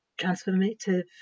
transformative